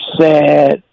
sad